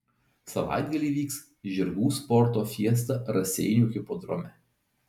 savaitgalį vyks žirgų sporto fiesta raseinių hipodrome